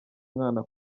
mwana